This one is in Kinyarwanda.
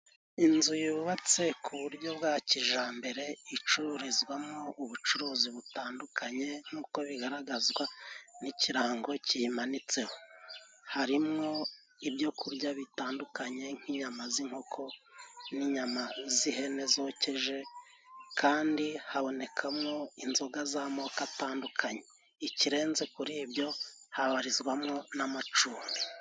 Inzu yubatse ku buryo bwa kijambere, icururizwamo ubucuruzi butandukanye, nk'uko bigaragazwa n'ikirango kiyimanitseho. Harimwo ibyo kurya bitandukanye: nk'inyama z'inkoko, n'inyama z'ihene zokeje. Kandi habonekamo inzoga z'amoko atandukanye. Ikirenze kuri ibyo, habarizwamo n'amacumbi.